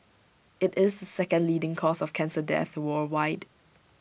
IT is the second leading cause of cancer death worldwide